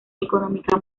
económica